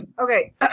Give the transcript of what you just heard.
Okay